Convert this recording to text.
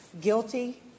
Guilty